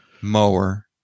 mower